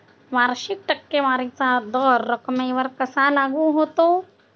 वार्षिक टक्केवारीचा दर रकमेवर कसा लागू होतो?